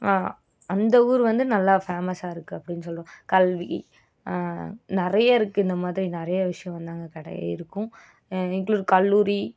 அந்த ஊர் வந்து நல்லா ஃபேமஸாக இருக்குது அப்படின்னு சொல்லுவோம் கல்வி நிறைய இருக்குது இந்த மாதிரி நிறைய விஷயம் நாங்கள் கடை இருக்கும் இன்க்ளூட் கல்லூரி